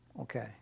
Okay